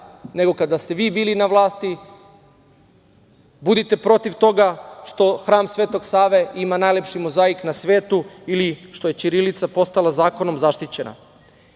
nego kada ste vi bili na vlasti. Budite protiv toga što Hram Svetog Save ima najlepši mozaik na svetu ili što je ćirilica postala zakonom zaštićena.